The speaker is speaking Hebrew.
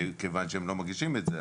כיוון שהם לא מגישים את זה.